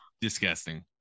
Disgusting